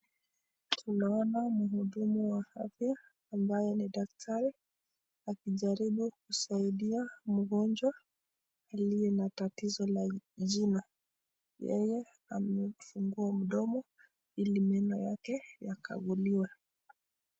Tunaona mhudumu wa afya ambaye ni daktari akijaribu kusaidia mgonjwa aliye tatizo la jino . Yeye amefungua mdomo ili meno yake yakaguliwe.